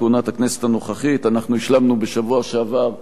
אנחנו השלמנו בשבוע שעבר את אישור התקנון החדש,